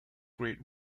grade